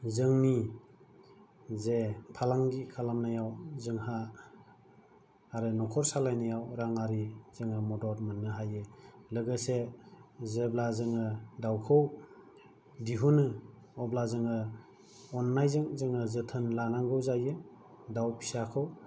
जोंनि जे फालांगि खालामनायाव जोंहा आरो न'खर सालायनायाव राङारि जोङो मदद मोननो हायो लोगोसे जेब्ला जोङो दाउखौ दिहुनो अब्ला जोङो अननायजों जोङो जोथोन लानांगौ जायो दाउ फिसाखौ